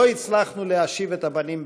לא הצלחנו להשיב את הבנים בשלום.